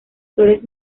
flores